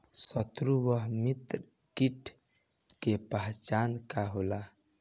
सत्रु व मित्र कीट के पहचान का होला?